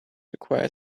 acquire